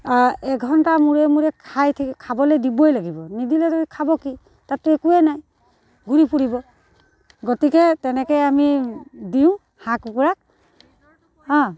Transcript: এঘণ্টা মূৰে মূৰে খাই থাকি খাবলৈ দিবই লাগিব নিদিলে তেহেঁতি খাব কি তাততো একোৱে নাই ঘূৰি ফুৰিব গতিকে তেনেকৈয়ে আমি দিওঁ হাঁহ কুকুৰাক হা